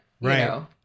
Right